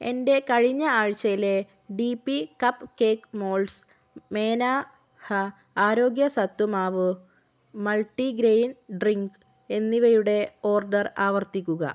എന്റെ കഴിഞ്ഞ ആഴ്ചയിലെ D P cup cake moulds മേനാ ഹ ആരോഗ്യ സത്തു മാവു മൾട്ടിഗ്രെയിൻ ഡ്രിങ്ക് എന്നിവയുടെ ഓർഡർ ആവർത്തിക്കുക